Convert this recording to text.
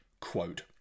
quote